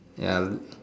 ya